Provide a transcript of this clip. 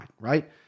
right